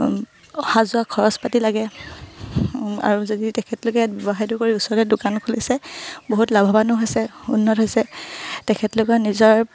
অহা যোৱা খৰচ পাতি লাগে আৰু যদি তেখেতলোকে ব্যৱসায়টো কৰি ওচৰতে দোকান খুলিছে বহুত লাভৱানো হৈছে উন্নত হৈছে তেখেতলোকৰ নিজৰ